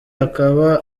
akaba